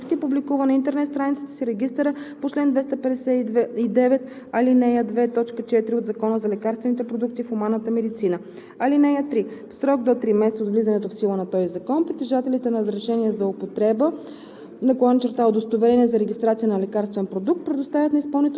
ал. 1 Националният съвет по цени и реимбурсиране на лекарствените продукти публикува на интернет страницата си регистъра по чл. 259, ал. 2, т. 4 от Закона за лекарствените продукти в хуманната медицина. (3) В срок до три месеца от влизането в сила на този закон притежателите на разрешения за